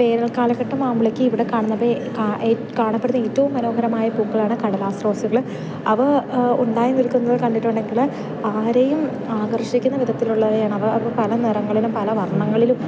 വേനൽ കാലഘട്ടം ആവുമ്പോഴേക്ക് ഇവിടെ കാണുന്ന ആ കാണപ്പെടുന്ന ഏറ്റവും മനോഹരമായ പൂക്കളാണ് കടലാസ് റോസുകൾ അവ ഉണ്ടായി നിൽക്കുന്നത് കണ്ടിട്ടുണ്ടെങ്കിൽ ആരെയും ആകർഷിക്കുന്ന വിധത്തിലുള്ളവയാണ് അവ പല നിറങ്ങളിലും പല വർണ്ണങ്ങളിലും